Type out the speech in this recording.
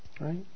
right